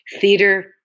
Theater